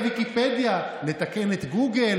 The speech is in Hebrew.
ההסדר שנחקק נקבע כהוראת שעה לשנה,